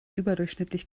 überdurchschnittlich